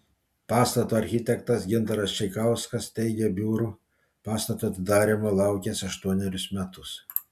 pastato architektas gintaras čeikauskas teigė biurų pastato atidarymo laukęs aštuonerius metus